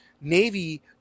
Navy